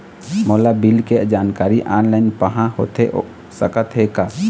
मोला बिल के जानकारी ऑनलाइन पाहां होथे सकत हे का?